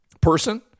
person